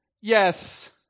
Yes